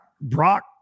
Brock